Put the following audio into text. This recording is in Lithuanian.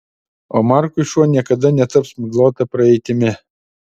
o markui šuo niekada netaps miglota praeitimi